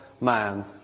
man